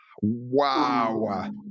Wow